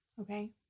okay